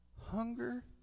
hunger